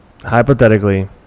hypothetically